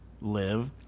live